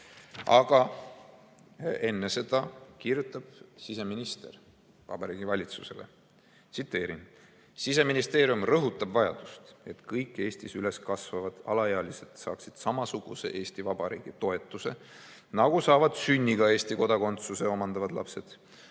Aga enne seda kirjutab siseminister Vabariigi Valitsusele: "Siseministeerium rõhutab vajadust, et kõik Eestis üles kasvavad alaealised saaksid samasuguse Eesti Vabariigi toetuse, nagu saavad sünniga Eesti kodakondsuse omandavad lapsed.